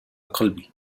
قلبي